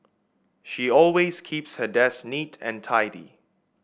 she always keeps her desk neat and tidy